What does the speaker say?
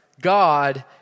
God